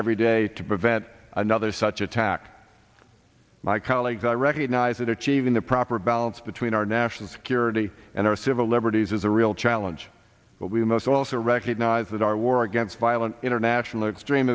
every day to prevent another such attack my colleagues i recognize that achieving the proper balance between our national security and our civil liberties is a real challenge but we must also recognize that our war against violent international extrem